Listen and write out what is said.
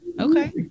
okay